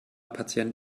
patient